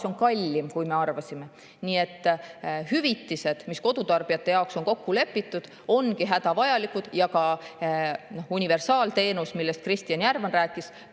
kallim, kui me arvasime. Nii et hüvitised, mis kodutarbijate jaoks on kokku lepitud, ongi hädavajalikud. Ka universaalteenus, millest Kristjan Järvan rääkis,